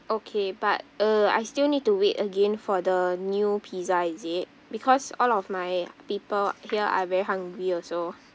okay but uh I still need to wait again for the new pizza is it because all of my people here are very hungry also